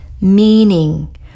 meaning